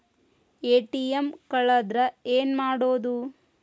ATM ಕಳದ್ರ ಏನು ಮಾಡೋದು?